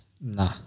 Nah